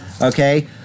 Okay